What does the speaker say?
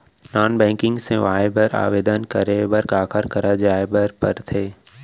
non banking सेवाएं बर आवेदन करे बर काखर करा जाए बर परथे